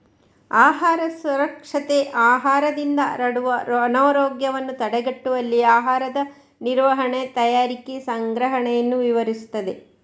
ಆಹಾರ ಸುರಕ್ಷತೆ ಆಹಾರದಿಂದ ಹರಡುವ ಅನಾರೋಗ್ಯವನ್ನು ತಡೆಗಟ್ಟುವಲ್ಲಿ ಆಹಾರದ ನಿರ್ವಹಣೆ, ತಯಾರಿಕೆ, ಸಂಗ್ರಹಣೆಯನ್ನು ವಿವರಿಸುತ್ತದೆ